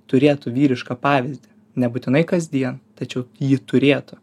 turėtų vyrišką pavyzdį nebūtinai kasdien tačiau ji turėtų